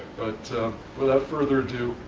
but without further ado,